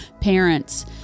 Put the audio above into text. parents